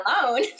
alone